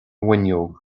bhfuinneog